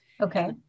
Okay